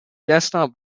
desktop